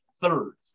third